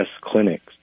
clinics